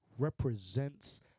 Represents